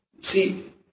See